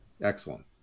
Excellent